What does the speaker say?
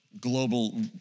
global